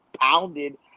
pounded